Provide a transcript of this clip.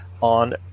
on